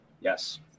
Yes